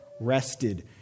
rested